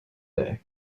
day